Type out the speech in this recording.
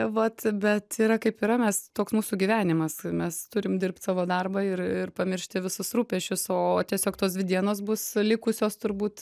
vat bet yra kaip yra mes toks mūsų gyvenimas mes turim dirbt savo darbą ir ir pamiršti visus rūpesčius o tiesiog tos dvi dienos bus likusios turbūt